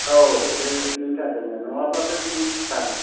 औ बे बिनि थाखायनो नङाब्लाथ' बिदि जायाना